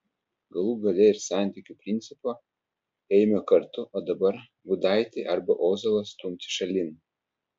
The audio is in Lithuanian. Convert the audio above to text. galų gale ir santykių principo ėjome kartu o dabar gudaitį arba ozolą stumti šalin